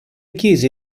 chiese